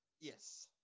Yes